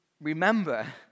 remember